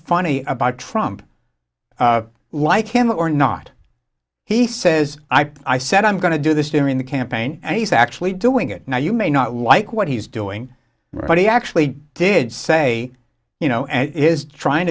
funny about trump like him or not he says i said i'm going to do this during the campaign and he's actually doing it now you may not like what he's doing but he actually did say you know is trying